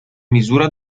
misura